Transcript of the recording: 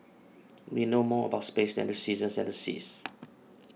we know more about space than the seasons and the seas